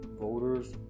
voters